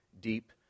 deep